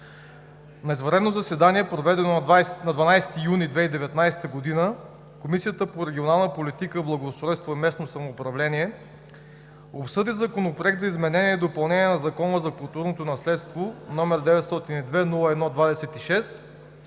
На извънредно заседание, проведено на 12 юни 2019 г., Комисията по регионална политика, благоустройство и местно самоуправление обсъди Законопроект за изменение и допълнение на Закона за културното наследство, № 902-01-26,